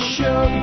Show